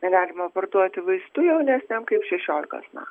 negalima parduoti vaistų jaunesniems kaip šešiolikos me